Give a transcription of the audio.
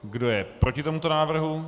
Kdo je proti tomuto návrhu?